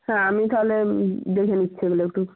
হ্যাঁ আমি তাহলে দেখে নিচ্ছি এগুলো একটু